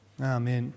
Amen